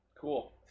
Cool